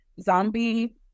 zombie